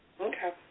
okay